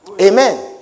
amen